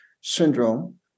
syndrome